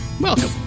Welcome